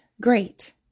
Great